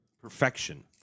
perfection